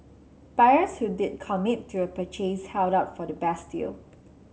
buyers who did commit to a purchase held out for the best deal